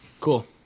cool